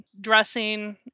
dressing